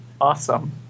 Awesome